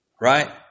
Right